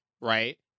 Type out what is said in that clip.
right